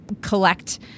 collect